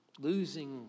losing